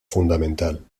fundamental